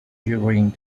during